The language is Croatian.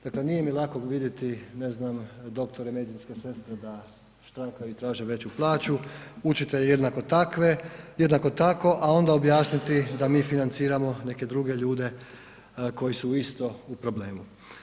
Dakle nije mi lako vidjeti ne znam doktore i medicinske sestre da štrajkaju i traže veću plaću, učitelje jednako tako a onda objasniti da mi financiramo neke druge ljude koji su isto u problemu.